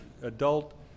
adult